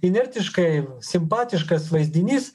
inertiškai simpatiškas vaizdinys